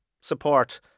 support